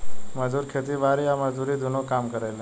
मजदूर खेती बारी आ मजदूरी दुनो काम करेले